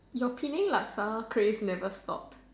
your Penang Laksa crave never stops